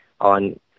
on